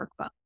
workbook